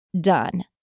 done